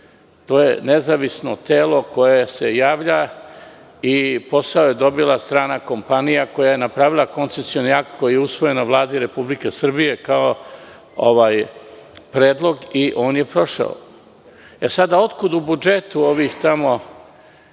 To je nezavisno telo koje se javlja i posao je dobila strana kompanija koja je napravila koncesioni akt koji je usvojen na Vladi Republike Srbije kao predlog i on je prošao. Sada, otkud u budžetu